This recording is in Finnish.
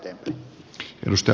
arvoisa puhemies